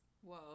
Whoa